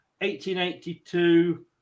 1882